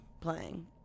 playing